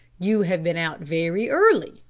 you have been out very early,